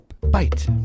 bite